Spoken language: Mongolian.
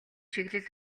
чиглэл